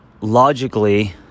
logically